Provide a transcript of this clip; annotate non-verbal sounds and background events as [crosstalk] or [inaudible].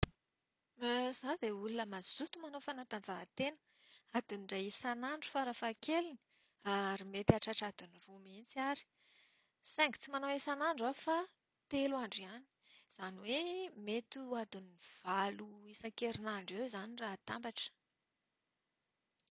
[hesitation] Izaho dia olona mazoto manao fanatanjahan-tena. Adiny iray isan'andro fara-fahakeliny ary mety hahatratra adiny roa mihitsy ary. Saingy tsy manao isan'andro aho fa telo andro ihany. Izany hoe, mety ho adiny valo isan-kerinandro eo izany raha atambatra.